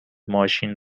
ماشین